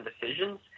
decisions